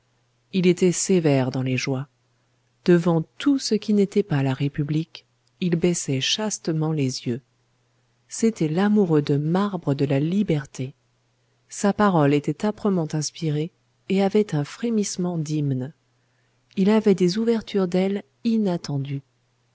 il était sévère dans les joies devant tout ce qui n'était pas la république il baissait chastement les yeux c'était l'amoureux de marbre de la liberté sa parole était âprement inspirée et avait un frémissement d'hymne il avait des ouvertures d'ailes inattendues